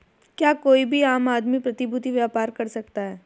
क्या कोई भी आम आदमी प्रतिभूती व्यापार कर सकता है?